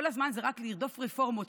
כל הזמן זה רק לרדוף רפורמות,